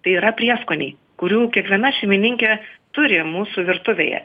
tai yra prieskoniai kurių kiekviena šeimininkė turi mūsų virtuvėje